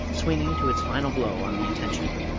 swinging to its final blow on the attention.